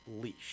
leash